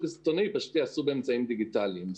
הסיטונאי פשוט יעשו באמצעים דיגיטליים.